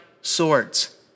swords